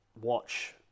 watch –